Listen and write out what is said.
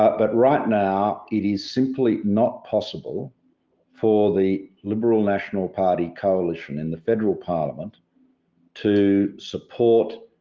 but but right now, it is simply not possible for the liberal national party coalition in the federal parliament to support